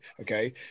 Okay